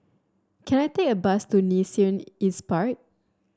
can I take a bus to Nee Soon East Park